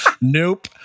nope